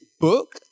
book